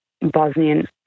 Bosnian